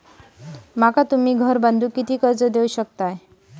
माका तुम्ही घर बांधूक किती कर्ज देवू शकतास?